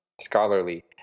scholarly